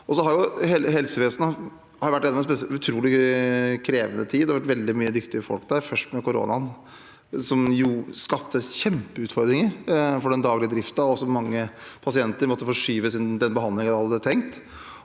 helsevesenet har vært gjennom en utrolig krevende tid. Det har vært veldig mye dyktige folk der – først under koronaen, som skapte kjempeutfordringer for den daglige driften, der mange pasienter måtte forskyves i behandlingen man hadde tenkt.